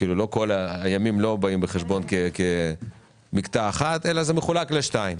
כלומר לא כל הימים באים בחשבון כמקטע אחד אלא זה מחולק לשניים.